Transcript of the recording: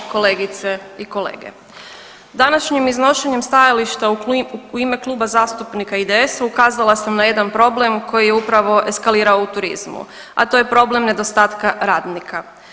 Kolegice i kolege, današnjim iznošenjem stajališta u ime Kluba zastupnika IDS-a ukazala sam na jedan problem koji je upravo eskalirao u turizmu, a to je problem nedostatka radnika.